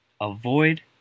Avoid